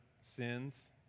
sins